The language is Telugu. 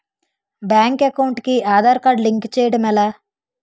బ్యాంక్ అకౌంట్ కి ఆధార్ కార్డ్ లింక్ చేయడం ఎలా?